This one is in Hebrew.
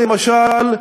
למשל,